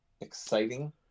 exciting